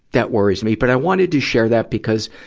that worries me. but i wanted to share that because,